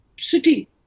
city